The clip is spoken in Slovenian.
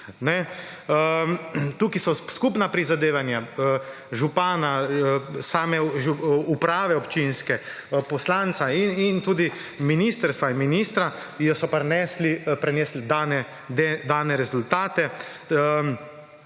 Tukaj so skupna prizadevanja župana, same uprave občinske, poslanca in tudi ministrstva in ministra prinesla dane rezultate.